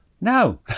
No